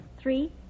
Three